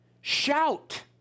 Shout